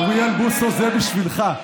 אוריאל בוסו, זה בשבילך,